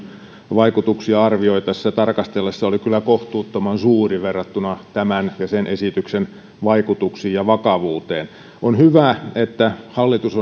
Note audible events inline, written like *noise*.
vaikutuksia arvioitaessa ja tarkasteltaessa oli kyllä kohtuuttoman suuri verrattuna tämän ja sen esityksen vaikutuksiin ja vakavuuteen on hyvä että hallitus *unintelligible*